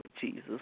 jesus